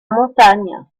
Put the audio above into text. montagne